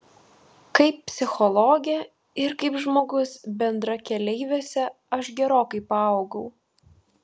kaip psichologė ir kaip žmogus bendrakeleiviuose aš gerokai paaugau